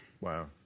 Wow